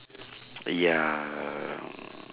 ya